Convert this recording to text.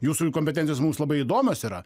jūsų kompetencijos mums labai įdomios yra